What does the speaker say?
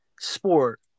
sport